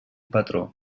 patró